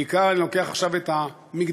בעיקר אני לוקח עכשיו את ה"מגדלורי".